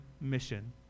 mission